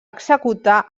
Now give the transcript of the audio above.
executar